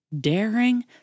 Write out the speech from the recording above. Daring